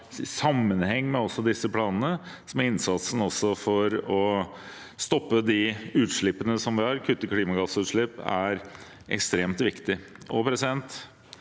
I sammenheng med disse planene er innsatsen for å stoppe de utslippene vi har og kutte klimagassutslipp, ekstremt viktig. En del